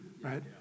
right